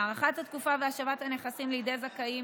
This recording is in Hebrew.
הארכת התקופה והשבת הנכסים לידי הזכאים